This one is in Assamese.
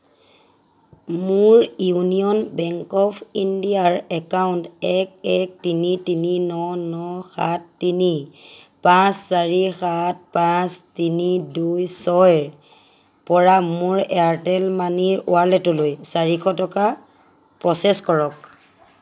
মোৰ ইউনিয়ন বেংক অফ ইণ্ডিয়াৰ একাউণ্ট এক এক তিনি তিনি ন ন সাত তিনি পাঁচ চাৰি সাত পাঁচ তিনি দুই ছয়ৰ পৰা মোৰ এয়াৰটেল মানিৰ ৱালেটলৈ চাৰিশ টকা প্ৰচেছ কৰক